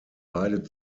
beide